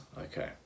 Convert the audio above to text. Okay